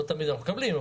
לא תמיד אנחנו מקבלים,